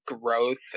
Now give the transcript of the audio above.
growth